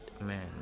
man